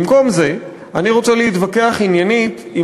במקום זה אני רוצה להתווכח עניינית עם